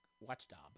Watchdog